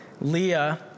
Leah